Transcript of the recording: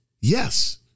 Yes